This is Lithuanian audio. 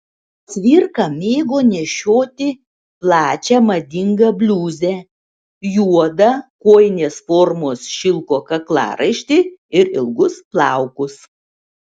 cvirka mėgo nešioti plačią madingą bliuzę juodą kojinės formos šilko kaklaraištį ir ilgus plaukus